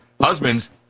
husbands